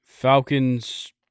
Falcons